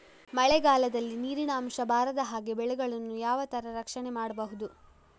ಮಳೆಗಾಲದಲ್ಲಿ ನೀರಿನ ಅಂಶ ಬಾರದ ಹಾಗೆ ಬೆಳೆಗಳನ್ನು ಯಾವ ತರ ರಕ್ಷಣೆ ಮಾಡ್ಬಹುದು?